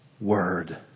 word